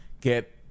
get